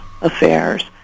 affairs